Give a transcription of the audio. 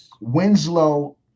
Winslow